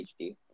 HD